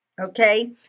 Okay